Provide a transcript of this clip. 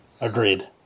Agreed